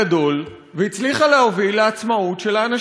והצליחה להוביל לעצמאות של האנשים שחיו שם.